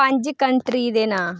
पंज कंट्री दे नांऽ